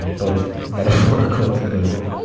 and both metaphorical and literal.